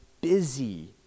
busy